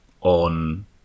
on